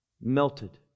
melted